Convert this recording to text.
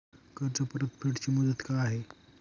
कर्ज परतफेड ची मुदत काय आहे?